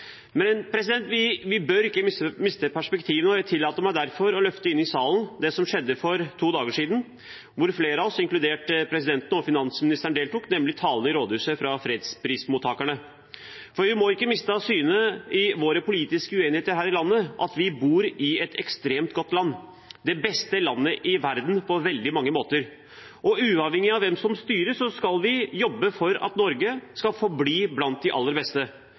Men vi bør ikke miste perspektivene, og jeg tillater meg derfor å løfte inn i salen det som skjedde i rådhuset for to dager siden – hvor flere av oss, inkludert presidenten og finansministeren, deltok – nemlig talene fra fredsprismottakerne. Vi må ikke miste av syne i våre politiske uenigheter her i landet at vi bor i et ekstremt godt land – det beste landet i verden på veldig mange måter. Uavhengig av hvem som styrer, skal vi jobbe for at Norge skal forbli blant de aller beste.